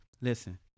listen